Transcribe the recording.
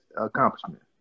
accomplishment